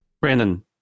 brandon